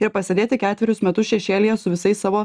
ir pasėdėti ketverius metus šešėlyje su visais savo